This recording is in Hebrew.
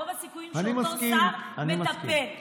רוב הסיכויים שאותו שר מטפל.